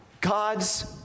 God's